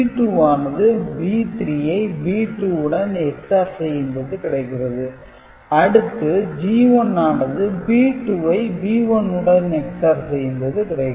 G2 ஆனது B3 ஐ B2 யுடன் XOR செய்யும் போது கிடைக்கிறது அடுத்து G1 ஆனது B2 ஐ B1 உடன் XOR செய்யும் போது கிடைக்கும்